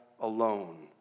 alone